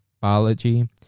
biology